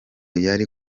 yari